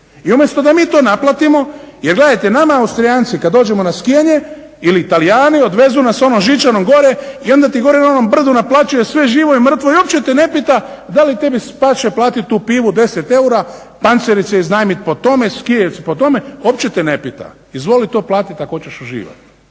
I umjesto da mi to naplatimo, jer gledajte nama Austrijanci kad dođemo na skijanje ili Talijani odvezu nas onom žičarom gore i onda ti gore na onom brdu naplaćuje sve živo i mrtvo, i uopće te ne pita da li tebi paše platiti tu pivu 10 eura, pancerice iznajmiti po tome, skije po tome, uopće te ne pita, izvoli to platiti ako hoćeš uživati.